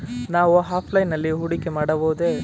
ನಾವು ಆಫ್ಲೈನ್ ನಲ್ಲಿ ಹೂಡಿಕೆ ಮಾಡಬಹುದೇ?